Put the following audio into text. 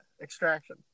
Extraction